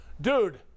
Dude